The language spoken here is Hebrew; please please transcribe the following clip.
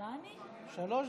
קטי,